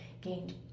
gained